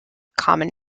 common